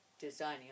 designing